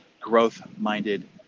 growth-minded